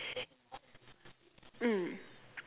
mm